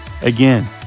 again